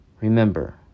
Remember